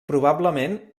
probablement